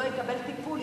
אם לא יקבל טיפול,